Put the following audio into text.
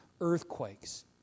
earthquakes